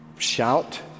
shout